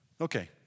Okay